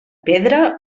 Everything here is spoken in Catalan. pedra